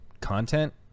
content